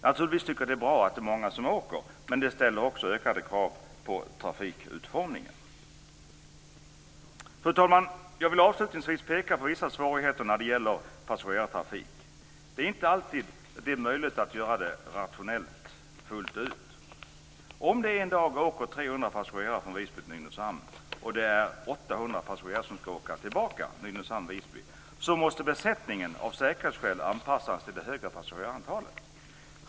Naturligtvis tycker jag att det är bra att det är många som åker. Men det ställer också ökade krav på trafikutformningen. Fru talman! Jag vill avslutningsvis peka på vissa svårigheter när det gäller passagerartrafik. Det är inte alltid som det är möjligt att göra det rationellt fullt ut. Om det en dag åker 300 passagerare från Visby till Nynäshamn, och om det är 800 passagerare som ska åka tillbaka från Nynäshamn till Visby, så måste besättningen av säkerhetsskäl anpassas till det större passagerarantalet.